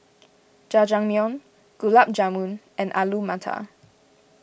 Jajangmyeon Gulab Jamun and Alu Matar